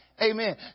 Amen